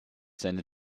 seine